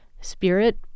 Spirit